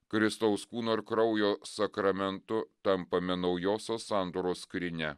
kristaus kūno ir kraujo sakramentu tampame naujosios sandoros skrynia